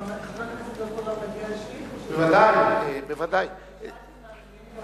נשאלתי אם אהיה מוכנה להשיב מאוחר יותר,